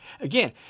Again